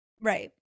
Right